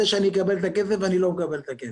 שאני אקבל את הכסף ואני לא מקבל את הכסף.